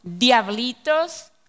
diablitos